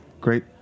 Great